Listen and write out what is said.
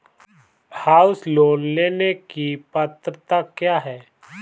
House loan लेने की पात्रता क्या है?